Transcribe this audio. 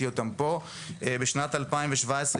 בשיתוף עם נת"י,